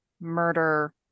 murder